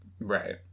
Right